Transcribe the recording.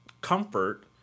comfort